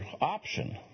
option